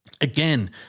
again